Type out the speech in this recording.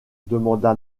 demanda